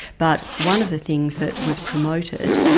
but one of the things that was promoted,